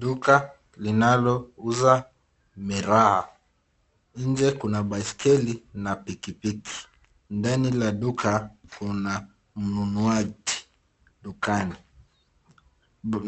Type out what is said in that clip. Duka linalo uza miraa. Nje kuna baiskeli na pikipiki. Ndani la duka kuna mnunuaji dukani,